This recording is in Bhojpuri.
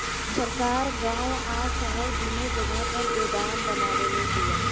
सरकार गांव आ शहर दूनो जगह पर गोदाम बनवले बिया